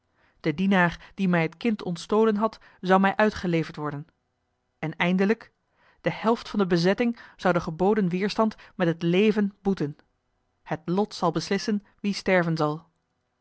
de dienaar die mij het kind onstolen had zou mij uitgeleverd worden en eindelijk de helft van de bezetting zou den geboden weerstand met het leven boeten het lot zal beslissen wie sterven zal